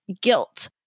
guilt